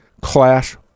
class